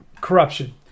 corruption